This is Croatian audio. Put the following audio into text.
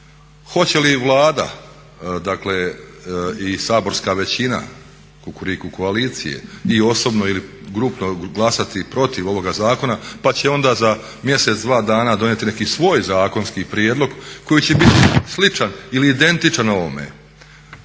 Hoće li Vlada, dakle i saborska većina Kukuriku koalicije i osobno ili grupno glasati protiv ovoga zakona, pa će onda za mjesec, dva dana donijeti neki svoj zakonski prijedlog koji će biti sličan ili identičan ovome.